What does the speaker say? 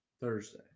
Thursday